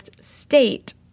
state